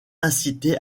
incité